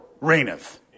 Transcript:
reigneth